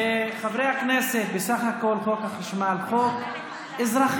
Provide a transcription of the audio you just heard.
חברי הכנסת, בסך הכול חוק החשמל הוא חוק אזרחי.